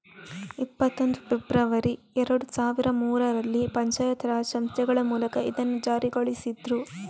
ಇಪ್ಪತ್ತೊಂದು ಫೆಬ್ರವರಿ ಎರಡು ಸಾವಿರದ ಮೂರರಲ್ಲಿ ಪಂಚಾಯತ್ ರಾಜ್ ಸಂಸ್ಥೆಗಳ ಮೂಲಕ ಇದನ್ನ ಜಾರಿಗೊಳಿಸಿದ್ರು